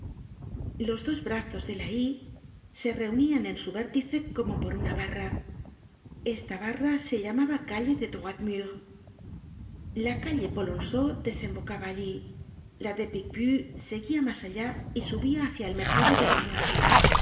los dos brazos de la y se reunían en su vértice como por una barra esta barra se llamaba calle de droitmur la calle polonceau desembocaba allí la de picpus seguia mas allá y subia hácia el mercado lenoir